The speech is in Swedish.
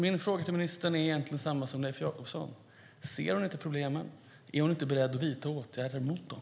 Mina frågor till ministern är egentligen desamma som Leif Jakobssons: Ser hon inte problemen? Är hon inte beredd att vidta åtgärder mot dem?